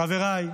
חבריי,